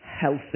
healthy